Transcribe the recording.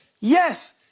Yes